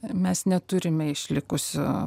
mes neturime išlikusių